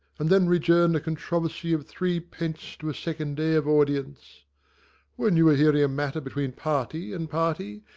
and then rejourn the controversy of threepence to a second day of audience when you are hearing a matter between party and party,